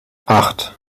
acht